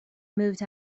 moved